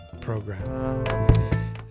program